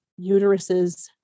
uteruses